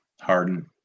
harden